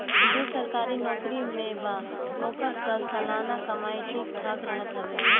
जे सरकारी नोकरी में बा ओकर तअ सलाना कमाई ठीक ठाक रहत हवे